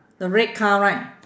the red car right